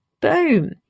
boom